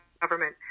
government